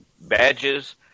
badges